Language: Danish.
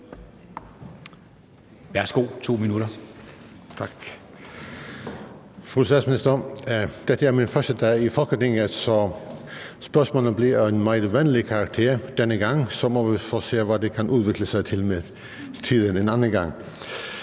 Fru statsminister, dette er min første dag i Folketinget, så spørgsmålene bliver af en meget venlig karakter denne gang, og så må vi se, hvad det kan udvikle sig til med tiden, en anden gang.